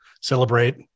celebrate